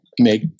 make